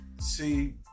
See